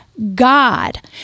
God